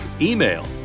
email